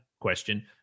question